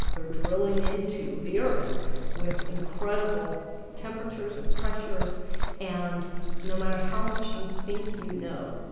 we're drilling into the earth with incredible temperatures and pressures and no matter how much you think you know,